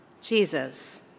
Jesus